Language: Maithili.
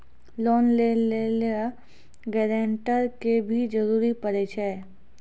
लोन लै लेली गारेंटर के भी जरूरी पड़ै छै?